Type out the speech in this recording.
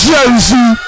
Jersey